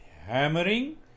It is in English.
hammering